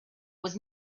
was